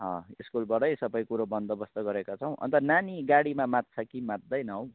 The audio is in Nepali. स्कुलबाटै सबै कुरो बन्दोबस्त गरेका छौँ अन्त नानी गाडीमा मात्छ कि मात्दैन हौ